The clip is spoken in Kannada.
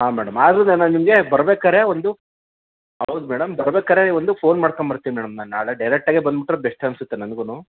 ಹಾಂ ಮೇಡಮ್ ಆದರೂ ನಾನು ನಿಮಗೆ ಬರ್ಬೇಕಾದ್ರೆ ಒಂದು ಹೌದು ಮೇಡಮ್ ಬರ್ಬೇಕಾದ್ರೆ ಒಂದು ಫೋನ್ ಮಾಡ್ಕೊಂಬರ್ತೀನಿ ಮೇಡಮ್ ನಾನು ನಾಳೆ ಡೈರೆಕ್ಟ್ ಆಗೇ ಬಂದ್ಬಿಟ್ರೆ ಬೆಸ್ಟ್ ಅನಿಸುತ್ತೆ ನನಗೂ